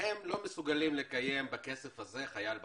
והם לא מסוגלים לקיים בכסף הזה חייל בחדר.